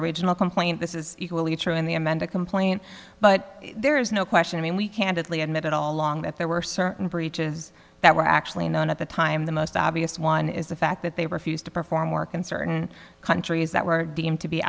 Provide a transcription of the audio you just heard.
complaint this is equally true in the amended complaint but there is no question i mean we candidly admitted all along that there were certain breaches that were actually known at the time the most obvious one is the fact that they refused to perform work and certain countries that were deemed to be